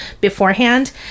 beforehand